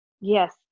Yes